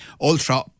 ultra